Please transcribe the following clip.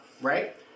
right